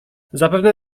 zapewne